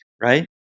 right